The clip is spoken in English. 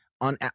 On